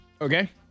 Okay